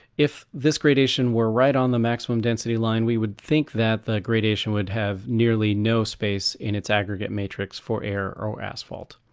if this gradation were right on the maximum density line we would think that the gradation would have nearly no space in its aggregate matrix for error or asphalt.